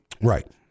Right